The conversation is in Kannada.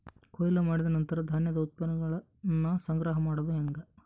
ಕೊಯ್ಲು ಮಾಡಿದ ನಂತರ ಧಾನ್ಯದ ಉತ್ಪನ್ನಗಳನ್ನ ಸಂಗ್ರಹ ಮಾಡೋದು ಹೆಂಗ?